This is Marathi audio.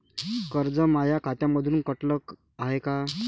कर्ज माया खात्यामंधून कटलं हाय का?